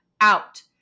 out